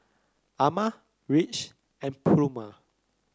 Ama Ridge and Pluma